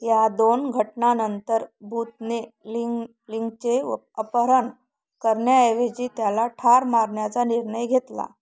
या दोन घटनानंतर बूथने लिं लिंकचे व अपहरण करण्याऐवजी त्याला ठार मारण्याचा निर्णय घेतला